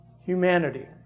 humanity